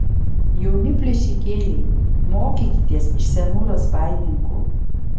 jauni plėšikėliai mokykitės iš senų razbaininkų